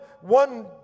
one